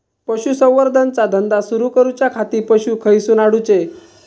पशुसंवर्धन चा धंदा सुरू करूच्या खाती पशू खईसून हाडूचे?